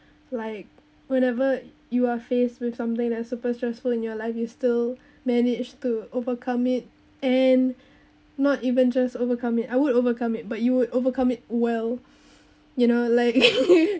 like whenever you are faced with something that's super stressful in your life you still managed to overcome it and not even just overcome it I would overcome it but you would overcome it well you know like